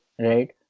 right